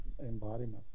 embodiment